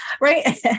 right